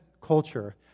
culture